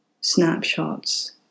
snapshots